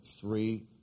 three